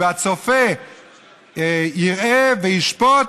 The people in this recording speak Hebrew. והצופה יראה וישפוט,